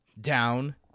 down